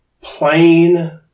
plain